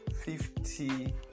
fifty